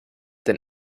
than